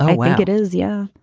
well it is. yeah.